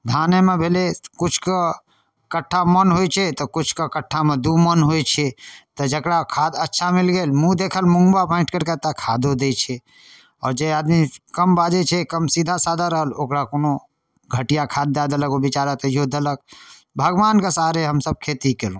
धानेमे भेलै किछुके कट्ठा मन होइ छै किछुके कट्ठामे दुइ मन होइ छै तऽ जकरा खाद अच्छा मिलि गेल मुँह देखल मुँगबा बाँटि करिकऽ एतऽ खादो दै छै आओर जे आदमी कम बाजै छै कम सीधा सादा रहल ओकरा कोनो घटिआ खाद दऽ देलक ओ बेचारा तैओ देलक भगवानके सहारे हमसभ खेती केलहुँ